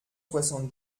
soixante